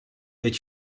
est